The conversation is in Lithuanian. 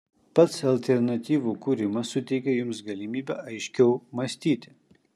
pats alternatyvų kūrimas suteikia jums galimybę aiškiau mąstyti